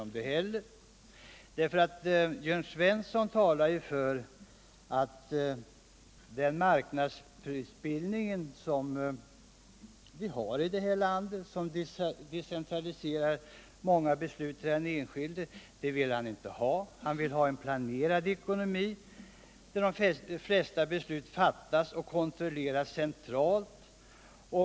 Jörn Sver.sson talar för att han inte vill ha den marknadsprisbildning som vi har i detta land och som decentraliserar många beslut till den enskilde. Han vill ha en planerad ekonomi, i vilken de flesta beslut fattas och kontrolleras centralt.